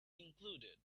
included